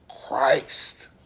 Christ